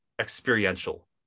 experiential